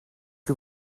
que